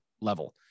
level